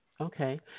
Okay